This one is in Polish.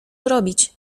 robić